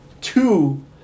two